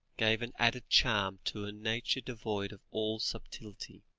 gave an added charm to a nature devoid of all subtlety,